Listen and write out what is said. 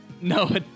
No